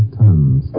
tons